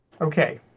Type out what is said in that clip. Okay